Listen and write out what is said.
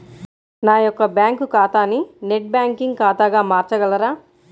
నా యొక్క బ్యాంకు ఖాతాని నెట్ బ్యాంకింగ్ ఖాతాగా మార్చగలరా?